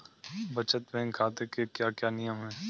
बचत बैंक खाते के क्या क्या नियम हैं?